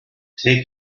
take